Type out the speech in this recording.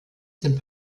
sind